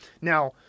Now